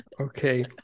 okay